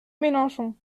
mélenchon